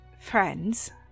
friends